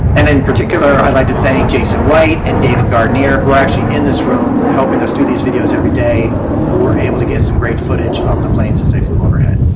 and in particular i'd like to thank jayson white and david gardinier who are actually in this room helping us do these videos every day. they were able to get some great footage of the planes as they flew overhead.